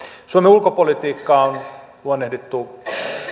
suomen ulkopolitiikkaa on luonnehdittu